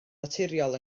naturiol